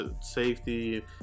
safety